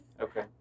Okay